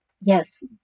yes